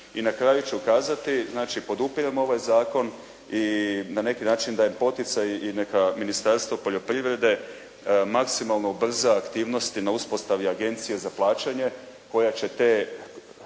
I na kraju ću kazati, znači podupirem ovaj zakon i na neki način dajem poticaj i neka Ministarstvo poljoprivrede maksimalno ubrza aktivnosti na uspostavi agencije za plaćanja koja će